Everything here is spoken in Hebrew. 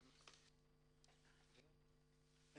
אני